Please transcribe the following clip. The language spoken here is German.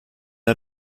der